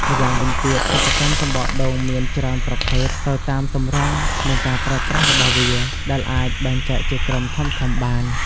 ម្យ៉ាងវិញទៀត សិប្បកម្មសំបកដូងមានច្រើនប្រភេទទៅតាមទម្រង់និងការប្រើប្រាស់របស់វា ដែលអាចបែងចែកជាក្រុមធំៗបាន។